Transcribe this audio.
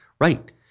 right